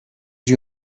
you